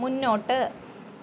മുന്നോട്ട്